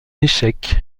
échec